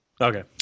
Okay